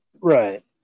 Right